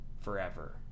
forever